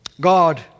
God